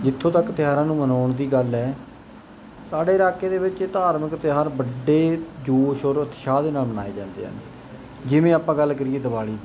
ਜਿੱਥੋਂ ਤੱਕ ਤਿਉਹਾਰਾਂ ਨੂੰ ਮਨਾਉਣ ਦੀ ਗੱਲ ਹੈ ਸਾਡੇ ਇਲਾਕੇ ਦੇ ਵਿੱਚ ਇਹ ਧਾਰਮਿਕ ਤਿਉਹਾਰ ਵੱਡੇ ਜੋਸ਼ ਔਰ ਉਤਸ਼ਾਹ ਦੇ ਨਾਲ ਮਨਾਏ ਜਾਂਦੇ ਹਨ ਜਿਵੇਂ ਆਪਾਂ ਗੱਲ ਕਰੀਏ ਦਿਵਾਲੀ ਦੀ